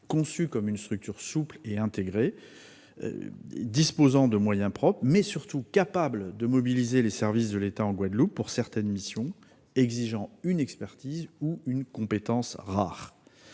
conçue comme une structure souple et intégrée, disposant de moyens propres, mais surtout capable de mobiliser les services de l'État en Guadeloupe pour certaines missions exigeant une expertise ou une compétence rare.